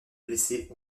blessés